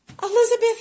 Elizabeth